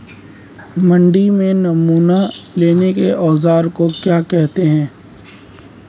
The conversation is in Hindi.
मंडी में नमूना लेने के औज़ार को क्या कहते हैं?